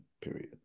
period